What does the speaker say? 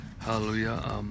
Hallelujah